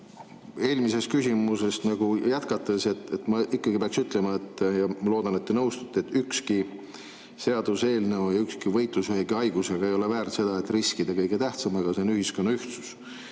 Eelmist küsimust jätkates ma pean ütlema, ja ma loodan, et te nõustute, et ükski seaduseelnõu ja ükski võitlus ühegi haigusega ei ole väärt seda, et riskida kõige tähtsamaga – see on ühiskonna ühtsus.